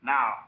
Now